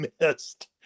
missed